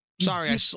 Sorry